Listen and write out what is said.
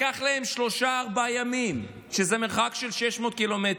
לקח להם שלושה-ארבעה ימים, זה מרחק של 600 ק"מ.